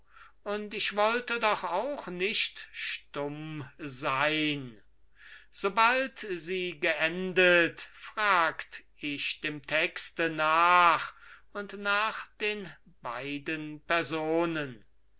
und ich wollte doch auch nicht stumm sein sobald sie geendet fragt ich dem texte nach und nach den beiden personen